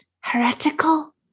heretical